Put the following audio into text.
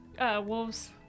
wolves